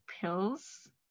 pills